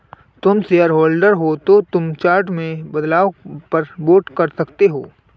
तुम शेयरहोल्डर हो तो तुम चार्टर में बदलाव पर वोट कर सकते हो